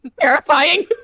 Terrifying